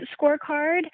scorecard